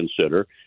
consider